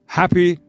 happy